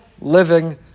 living